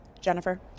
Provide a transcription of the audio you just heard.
Jennifer